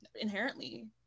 inherently